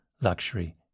Luxury